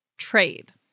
trade